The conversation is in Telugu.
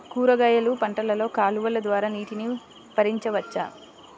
కూరగాయలు పంటలలో కాలువలు ద్వారా నీటిని పరించవచ్చా?